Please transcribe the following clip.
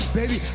baby